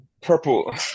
purple